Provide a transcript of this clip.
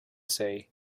say